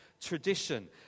tradition